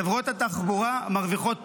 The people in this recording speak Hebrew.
חברות התחבורה מרוויחות פעמיים: